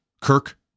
Kirk